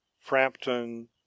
Frampton